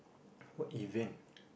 what event